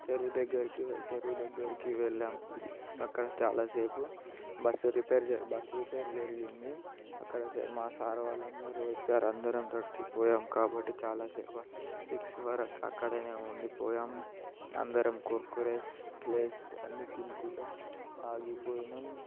చెరువు దగ్గరికి చెరువు దగ్గరికి వెళ్ళాము అక్కడ చాలాసేపు బస్సు రిపేరు బస్సు రిపేర్ జరిగింది అక్కడ మా సార్ వాళ్ళందరూ వచ్చారు అందరం తడిసిపోయాము కాబట్టి చాలాసేపు సిక్స్ వరకు అక్కడనే ఉండిపోయాము అందరం కుర్కురేస్ లేస్ అన్ని తినుకుంటా ఆగిపోయాము